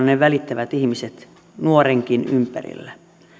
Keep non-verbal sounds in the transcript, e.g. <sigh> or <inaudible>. <unintelligible> ne välittävät ihmiset nuorenkin ympärillä